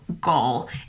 goal